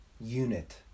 unit